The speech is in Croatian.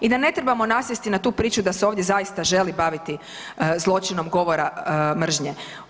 I da ne trebamo nasjesti na tu priču da se ovdje zaista želi baviti zločinom govora mržnje.